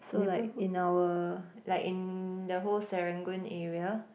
so like in our like in the whole Serangoon area